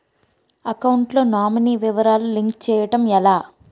Account లో nominee వివరాలు link చేయటం ఎలా?